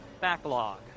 backlog